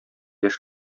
яшь